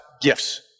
gifts